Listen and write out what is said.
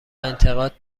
انتقاد